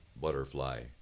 butterfly